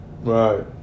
Right